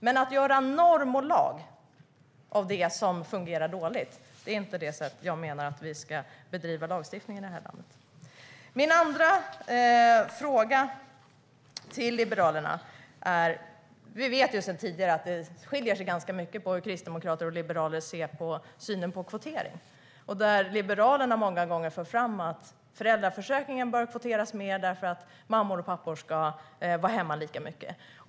Men att göra norm och lag av det som fungerar dåligt är inte det sätt som jag menar att vi ska bedriva lagstiftning på i det här landet. Vi vet sedan tidigare att det skiljer sig ganska mycket mellan kristdemokrater och liberaler i synen på kvotering. Liberalerna för många gånger fram att föräldraförsäkringen bör kvoteras mer därför att mammor och pappor ska vara hemma lika mycket.